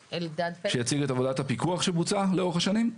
שיציג את עבודת הפיקוח שבוצעה לאורך השנים.